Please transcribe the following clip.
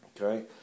Okay